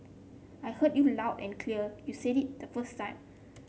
I heard you loud and clear you said it the first time